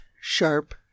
sharp